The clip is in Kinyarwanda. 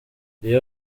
iyo